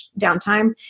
downtime